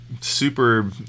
super –